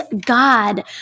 God